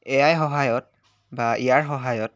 এ I সহায়ত বা ইয়াৰ সহায়ত